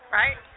right